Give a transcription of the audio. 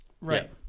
Right